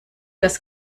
das